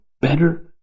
better